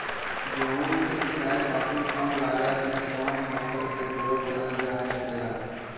गेहूँ के सिचाई खातीर कम लागत मे कवन मोटर के प्रयोग करल जा सकेला?